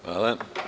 Hvala.